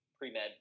pre-med